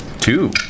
Two